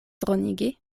dronigi